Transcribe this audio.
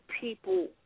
people